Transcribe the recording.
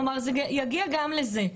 כלומר, זה יגיע גם לזה.